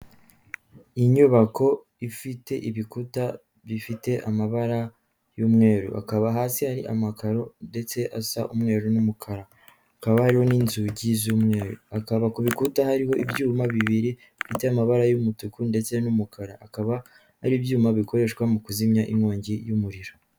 Inyubako ifite ibikuta bifite amabara y'umweru, akaba hasi hari amakaro ndetse asa umweru n'umukara, hakaba hariho n'inzugi z'umweru, hakaba ku bikuta hariho ibyuma bibiri bifite amabara y'umutuku ndetse n'umukara, akaba ari ibyuma bikoreshwa mu kuzimya inkongi y'umuriro.